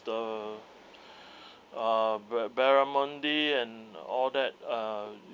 the uh ba~ barramundi and all that uh